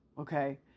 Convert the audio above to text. okay